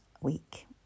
week